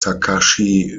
takashi